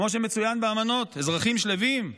כמו שמצוין באמנות, אזרחים שלווים?